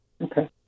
Okay